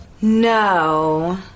No